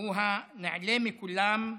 הוא הנעלה מכולם,